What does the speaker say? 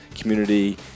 community